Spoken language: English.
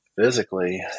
physically